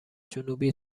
جنوبی